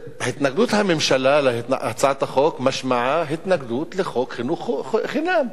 התנגדות הממשלה להצעת החוק משמעה התנגדות לחוק חינוך חינם.